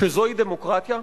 שזוהי דמוקרטיה?